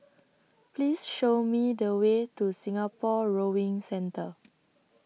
Please Show Me The Way to Singapore Rowing Centre